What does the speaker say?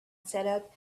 setup